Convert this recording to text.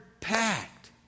packed